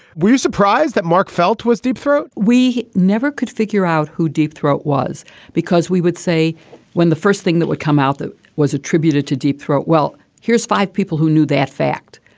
were you surprised that mark felt was deep throat? we never could figure out who deep throat was because we would say when the first thing that would come out that was attributed to deep throat. well, here's five people who knew that fact.